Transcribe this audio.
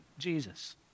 Jesus